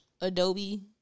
Adobe